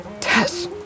Tess